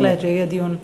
בהחלט יהיה דיון.